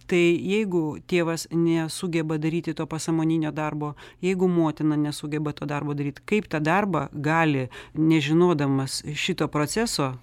tai jeigu tėvas nesugeba daryti to pasąmoninio darbo jeigu motina nesugeba to darbo daryt kaip tą darbą gali nežinodamas šito proceso